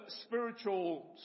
spiritual